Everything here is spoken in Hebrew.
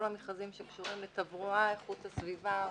כל המכרזים שקשורים לתברואה, איכות הסביבה ורכב.